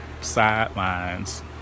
sidelines